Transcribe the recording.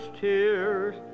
tears